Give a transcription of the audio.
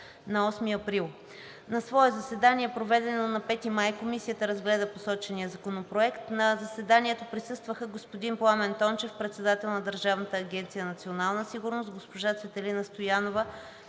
на 8 април 2022 г. На свое редовно заседание, проведено на 5 май 2022 г., Комисията разгледа посочения законопроект. На заседанието присъстваха: господин Пламен Тончев – председател на Държавна агенция „Национална сигурност“, госпожа Цветелина Стоянова